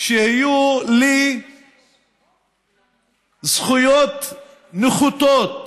שיהיו לי זכויות נחותות